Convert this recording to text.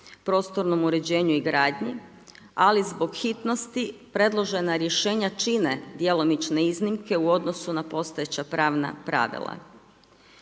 prostornom uređenju i gradnji, ali zbog hitnosti predložena rješenja čine djelomične iznimke u odnosu na postojeća pravna pravila.